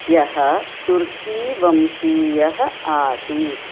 यः तुर्कीवंशीयः आसीत्